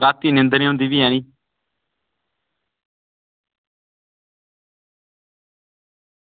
रातीं निंदर निं औंदी भी ऐनी